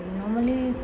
normally